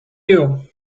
you